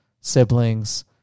siblings